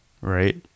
right